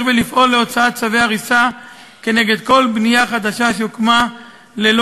ולפעול להוצאת צווי הריסה כנגד כל בנייה חדשה שהוקמה ללא